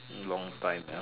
long time ya